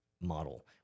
model